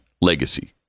legacy